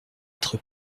être